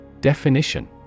Definition